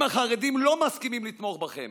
אם החרדים לא מסכימים לתמוך בכם